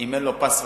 אם אין לו פס רחב,